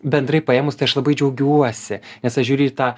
bendrai paėmus tai aš labai džiaugiuosi nes aš žiūriu į tą